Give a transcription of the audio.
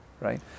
right